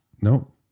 Nope